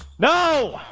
no